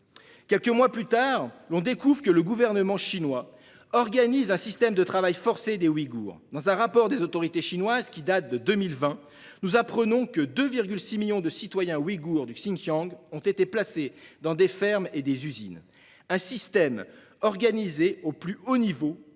Quelques mois plus tard, l'on découvre que le gouvernement chinois organise un système de travail forcé des Ouïghours. Dans un rapport des autorités chinoises datant de 2020, nous apprenons que 2,6 millions de citoyens ouïghours du Xinjiang ont été placés dans des fermes et des usines. Un système organisé au plus haut niveau